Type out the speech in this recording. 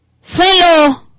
Fellow